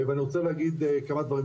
ואני רוצה להגיד כמה דברים.